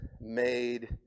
made